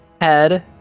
head